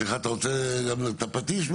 אתה רוצה את הפטיש?